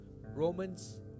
Romans